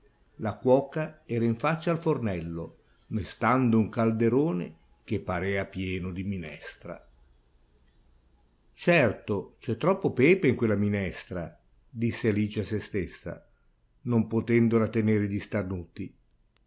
la cuoca era in faccia al fornello mestando un calderone che parea pieno di minestra certo c'è troppo pepe in quella minestra disse alice a sè stessa non potendo rattenere gli starnuti